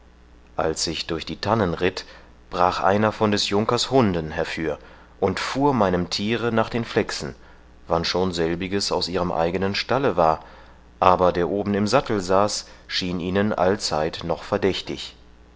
als ich durch die tannen ritt brach einer von des junkers hunden herfür und fuhr meinem thiere nach den flechsen wannschon selbiges aus ihrem eigenen stalle war aber der oben im sattel saß schien ihnen allzeit noch verdächtig